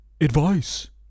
advice